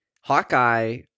Hawkeye